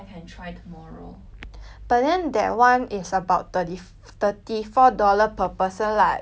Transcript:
but then that one is about thirty thirty four dollar per person lah you and your friend got budget or not